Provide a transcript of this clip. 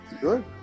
Good